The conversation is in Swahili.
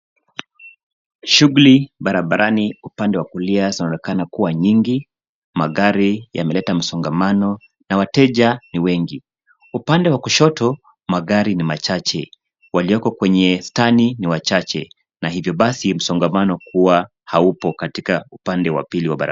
Shughuli barabarani upande wa kulia zinaonekana kuwa nyingi. Magari yameleta msongamano na wateja ni wengi. Upande wa kushoto magari ni machache. Walioko kwenye stani ni wachache na hivyo basi msongamano kuwa haupo katika upande wa pili wa barabara.